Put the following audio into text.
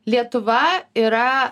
lietuva yra